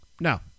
No